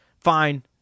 fine